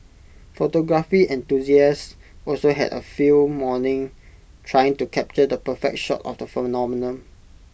photography enthusiasts also had A field morning trying to capture the perfect shot of the phenomenon